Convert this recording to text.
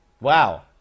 Wow